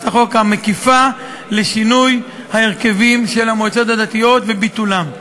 החוק המקיפה לשינוי ההרכבים של המועצות הדתיות וביטולם.